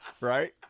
Right